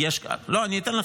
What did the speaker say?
2025 אמרתי.